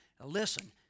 Listen